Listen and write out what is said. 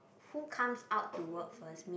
who comes out to work first mean